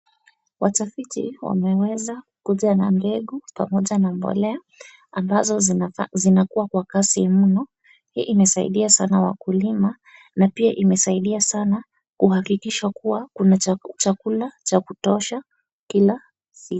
Watafiti wameweza kuja na mbengu pamoja na mbolea ambazo zinakua kwa kasi mno. Hii imesaidia sana wakulima na pia imesaidia sana kuhakikisha kuwa kuna chakula cha kutosha kila siku.